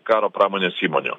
karo pramonės įmonių